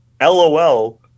LOL